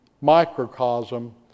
microcosm